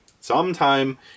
sometime